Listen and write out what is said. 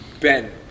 Ben